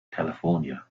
california